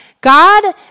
God